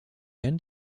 end